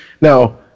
now